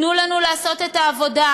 תנו לנו לעשות את העבודה.